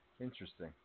interesting